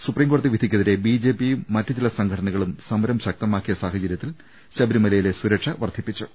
supreme കോടതി വിധിക്കെതിരെ ബിജെപ്പിയും മറ്റു ചില സംഘടനകളും സമരം ശക്തമാക്കിയ സ്നാഹചര്യത്തിൽ ശബരിമലയിൽ സുരക്ഷ വർദ്ധിപ്പിച്ചു